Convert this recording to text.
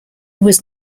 was